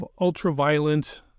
ultra-violent